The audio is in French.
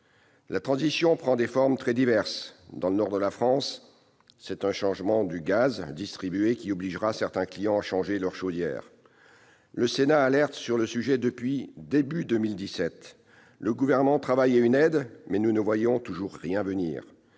La transition prend des formes très diverses. Ainsi, dans le nord de la France, c'est un changement du gaz distribué qui obligera certains clients à changer leur chaudière. Le Sénat alerte sur le sujet depuis le début de l'année 2017. Le Gouvernement travaille à une aide, mais nous ne voyons toujours rien venir